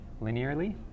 linearly